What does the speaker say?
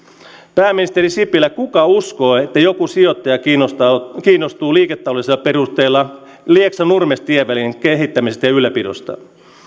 pääministeri sipilä kuka uskoo että joku sijoittaja kiinnostuu kiinnostuu liiketaloudellisilla perusteilla lieksa nurmes tievälin kehittämisestä ja ylläpidosta